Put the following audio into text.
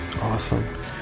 Awesome